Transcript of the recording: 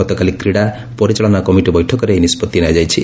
ଗତକାଲି କ୍ରୀଡ଼ା ପରିଚାଳନା କମିଟି ବୈଠକରେ ଏହି ନିଷ୍ପଭି ନିଆଯାଇଛି